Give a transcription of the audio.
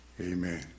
Amen